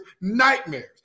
nightmares